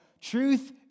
Truth